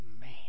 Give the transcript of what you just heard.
Man